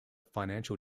financial